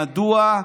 מדוע?